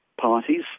parties